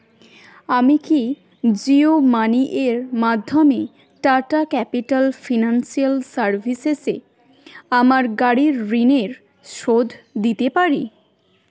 আমি কি জিও মানি এর মাধ্যমে টাটা ক্যাপিটাল ফিনান্সিয়াল সার্ভিসেস এ আমার গাড়ির ঋণের শোধ দিতে পারি